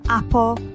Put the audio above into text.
Apple